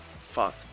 fuck